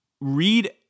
read